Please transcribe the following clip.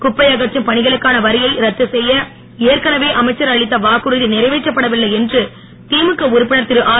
குப்பை அகற்றும் பணிகளுக்கான வரியை ரத்து செய்ய ஏற்கனவே அமைச்சர் அளித்த வாக்குறுதி நிறைவேற்றப் படவில்லை என்று திமுக உறுப்பினர் திருஆர்